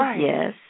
yes